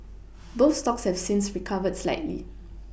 both stocks have since recovered slightly